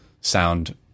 sound